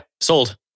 sold